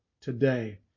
today